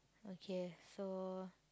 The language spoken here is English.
okay so